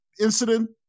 incident